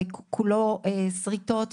כולו שריטות,